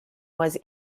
was